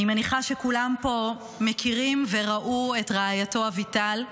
אני מניחה שכולם פה מכירים וראו את רעייתו אביטל,